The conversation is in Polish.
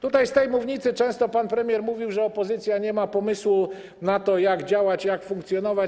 Tutaj z tej mównicy często pan premier mówił, że opozycja nie ma pomysłu na to, jak działać, jak funkcjonować.